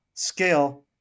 scale